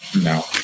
No